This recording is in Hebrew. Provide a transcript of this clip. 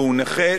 והוא נכה,